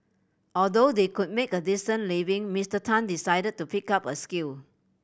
although they could make a decent living Mister Tan decided to pick up a skill